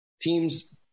teams